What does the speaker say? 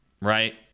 Right